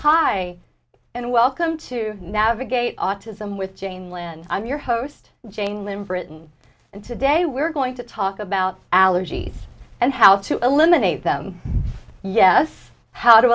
hi and welcome to navigate autism with jane land on your host jane lynne britain and today we're going to talk about allergies and how to eliminate them yes how